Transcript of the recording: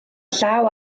llaw